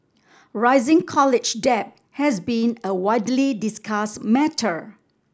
rising college debt has been a widely discussed matter